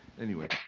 anyway.